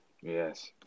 Yes